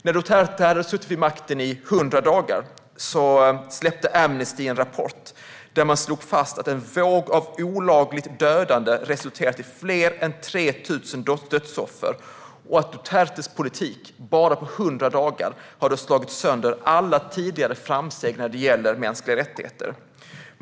När Duterte hade suttit vid makten i 100 dagar släppte Amnesty en rapport där man slog fast att en våg av olagligt dödande resulterat i fler än 3 000 dödsoffer och att Dutertes politik bara på 100 dagar hade slagit sönder alla tidigare framsteg när det gäller mänskliga rättigheter.